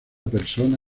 persona